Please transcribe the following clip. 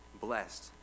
Blessed